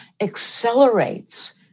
accelerates